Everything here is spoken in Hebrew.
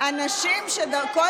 את גזענית,